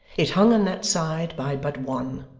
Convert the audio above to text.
it hung on that side by but one,